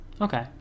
Okay